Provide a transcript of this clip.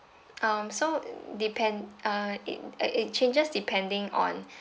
um so depend uh it it changes depending on